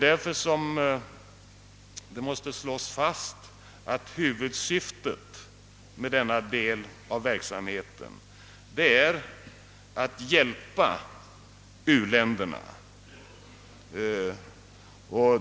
Därför måste det slås fast att huvudsyftet med denna del av verksamheten är att hjälpa u-länderna.